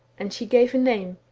and she gave a name,